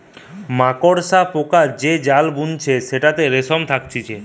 মাকড়সা পোকা যে জাল বুনতিছে সেটাতে রেশম থাকতিছে